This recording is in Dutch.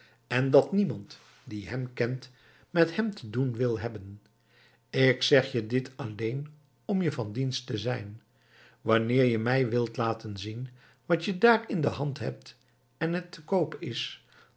en dat niemand die hem kent met hem te doen wil hebben ik zeg je dit alleen om je van dienst te zijn wanneer je mij wilt laten zien wat je daar in de hand hebt en het te koop is